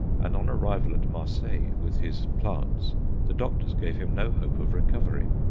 and on arrival at marseilles with his plants the doctors gave him no hope of recovery.